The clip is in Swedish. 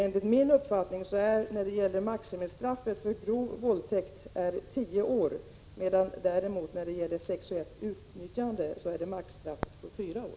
Enligt min uppfattning är maximistraffet för grov våldtäkt tio år, medan däremot maximistraffet för sexuellt utnyttjande är fyra år.